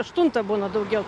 aštuntą būna daugiau